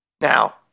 Now